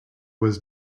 was